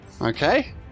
Okay